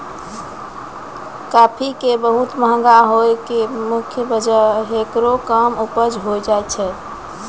काफी के बहुत महंगा होय के मुख्य वजह हेकरो कम उपज होय छै